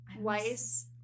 Weiss